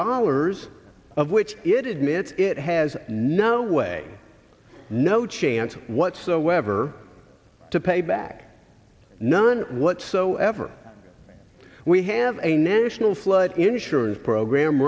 dollars of which it admits it has no way no chance whatsoever to pay back none whatsoever we have a national flood insurance program